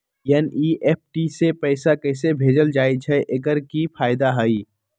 NEFT से पैसा कैसे भेजल जाइछइ? एकर की फायदा हई?